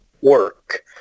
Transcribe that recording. work